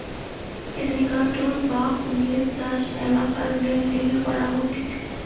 alligator বা কুমিরের চাষ মেলা কারণের লিগে করা হতিছে